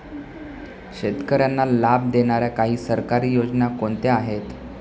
शेतकऱ्यांना लाभ देणाऱ्या काही सरकारी योजना कोणत्या आहेत?